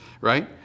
right